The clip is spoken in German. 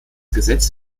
gesetz